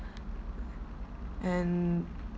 and